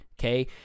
Okay